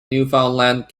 newfoundland